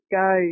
go